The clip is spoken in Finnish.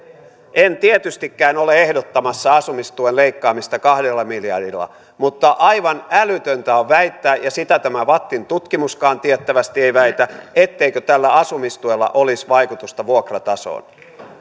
en tietystikään ole ehdottamassa asumistuen leikkaamista kahdella miljardilla mutta aivan älytöntä on väittää ja sitä tämä vattin tutkimuskaan tiettävästi ei väitä etteikö tällä asumistuella olisi vaikutusta vuokratasoon tämä ei